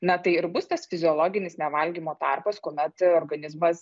na tai ir bus tas fiziologinis nevalgymo tarpas kuomet organizmas